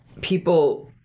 people